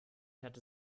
hatte